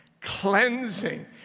cleansing